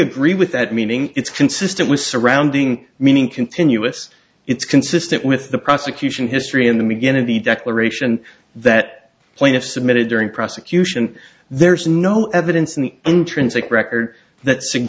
agree with that meaning it's consistent with surrounding meaning continuous it's consistent with the prosecution history in the beginning of the declaration that plaintiff submitted during prosecution there's no evidence in the intrinsic record that